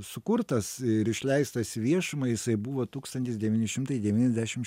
sukurtas ir išleistas į viešumą jisai buvo tūkstantis devyni šimtai devyniasdešim